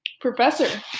professor